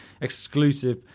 exclusive